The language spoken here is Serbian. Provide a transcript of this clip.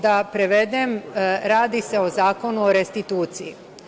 Da prevedem, radi se o Zakonu o restituciji.